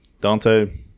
Dante